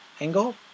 angle